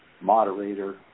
moderator